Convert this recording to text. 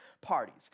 parties